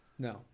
No